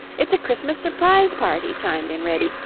it's a christmas surprise party, chimed in reddy,